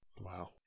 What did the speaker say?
Wow